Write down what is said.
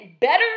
better